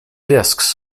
discs